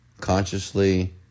Consciously